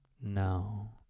No